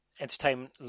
entertainment